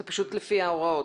זה פשוט לפי ההוראות.